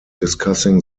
discussing